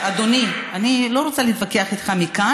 אדוני, אני לא רוצה להתווכח איתך מכאן.